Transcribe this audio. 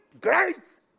grace